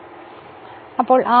എന്താണ് അനന്ത ദണ്ടുകൾ